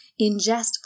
ingest